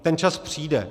Ten čas přijde.